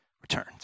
returned